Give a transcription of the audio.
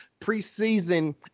preseason